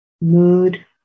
mood